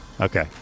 Okay